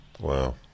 Wow